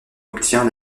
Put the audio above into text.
obtient